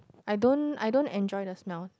I don't I don't enjoy the smell